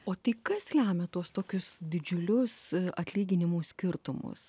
o tai kas lemia tuos tokius didžiulius atlyginimų skirtumus